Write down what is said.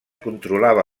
controlava